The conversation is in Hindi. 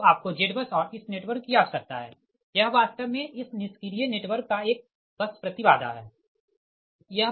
तो आपको ZBUS और इस नेटवर्क की आवश्यकता है यह वास्तव मे इस निष्क्रिय नेटवर्क का एक बस प्रति बाधा है